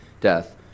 death